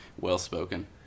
well-spoken